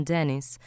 Dennis